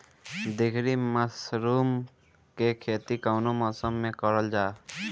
ढीघरी मशरूम के खेती कवने मौसम में करल जा?